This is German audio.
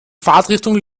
fahrtrichtung